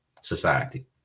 society